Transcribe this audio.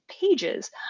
pages